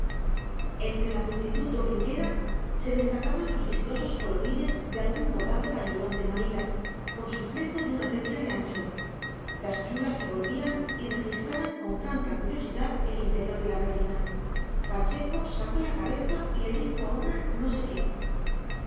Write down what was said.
entre la multitud dominguera se destacaban los vistosos colorines de algún bordado pañolón de manila con su fleco de una tercia de ancho las chulas se volvían y registraban con franca curiosidad el interior de la berlina pacheco sacó la cabeza y le dijo a una no sé qué